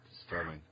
disturbing